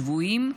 שבויים,